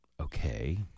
Okay